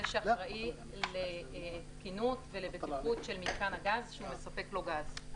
שאחראי לתקינות ולבטיחות של מתקן הגז שהוא מספק לו גז.